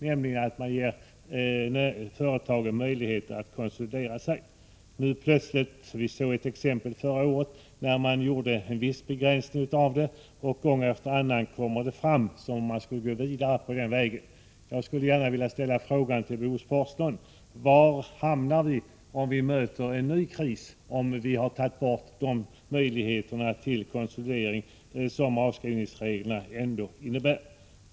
Nu plötsligt hotas detta. Vi såg ett exempel förra året när man införde en viss begränsning av avskrivningsreglerna. Gång efter annan kommer det fram att man skall gå vidare på denna väg. Jag frågar Bo Forslund: Var hamnar vi om vi möter en ny kris om vi har tagit bort de möjligheter till konsolidering som avskrivningsreglerna ändå innebär?